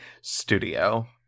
studio